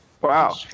Wow